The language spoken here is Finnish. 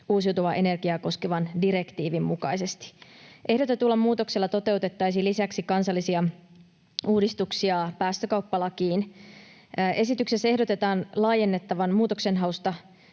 uusiutuvaa energiaa koskevan direktiivin mukaisesti. Ehdotetulla muutoksella toteutettaisiin lisäksi kansallisia uudistuksia päästökauppalakiin. Esityksessä ehdotetaan laajennettavan muutoksenhausta